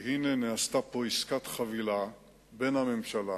כי הנה נעשתה פה עסקת חבילה בין הממשלה